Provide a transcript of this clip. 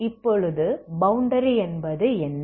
இப்பொழுது பௌண்டரி என்பது என்ன